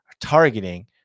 targeting